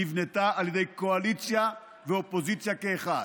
נבנתה על ידי קואליציה ואופוזיציה כאחד,